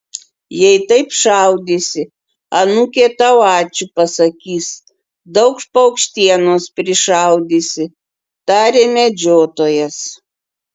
jei taip šaudysi anūkė tau ačiū pasakys daug paukštienos prišaudysi tarė medžiotojas